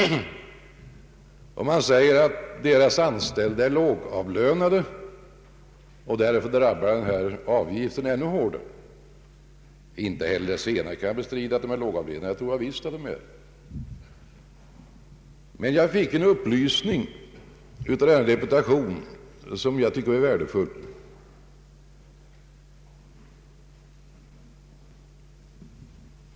Man säger också att deras anställda är lågavlönade, varför den här avgiften drabbar ännu hårdare. Jag bestrider visst inte att de ideella organisationernas anställda är lågavlönade — det tror jag nog de är. Men jag fick en upplysning av den deputation som uppvaktade mig som jag tycker är värde full.